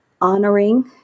honoring